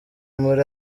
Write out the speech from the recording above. muri